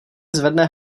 zvedne